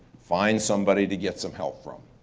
find somebody to get some help from.